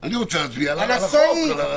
הצבעה.